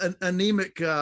anemic